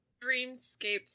dreamscape